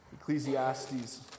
Ecclesiastes